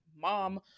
Mom